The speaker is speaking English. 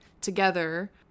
together